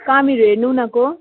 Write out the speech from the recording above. कामहरू हेर्नु उनीहरूको